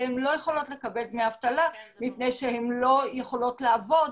והן לא יכולות לקבל דמי אבטלה מפני שהן לא יכולות לעבוד,